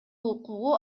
укугу